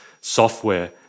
software